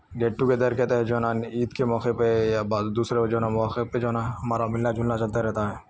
get together کے تحت جو ہے نا عید کے موقعے پہ یا بن دوسرے جو ہے نا موقعے پہ جو ہے نا ہمارا ملنا جلنا چلتا رہتا ہے